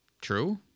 true